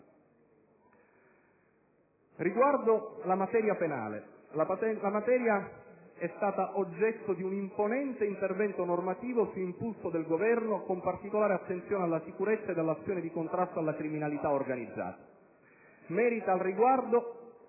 riguarda la materia penale,